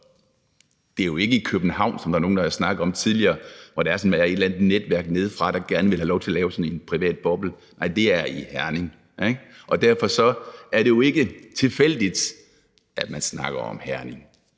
det er jo ikke i København, som der er nogen der har snakket om tidligere, i forhold til at der skulle være sådan et eller andet netværk nedefra, der gerne ville have lov til at lave sådan en privat boble. Nej, det er i Herning. Derfor er det jo ikke tilfældigt, at man snakker om Herning.